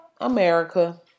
America